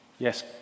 Yes